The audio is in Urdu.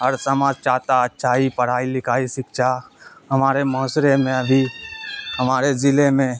اور سماج چاہتا ہے اچھائی پڑھائی لکھائی سکچھا ہمارے معاشرے میں ابھی ہمارے ضلعے میں